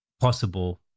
possible